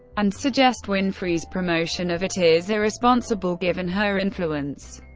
and suggest winfrey's promotion of it is irresponsible given her influence.